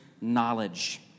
knowledge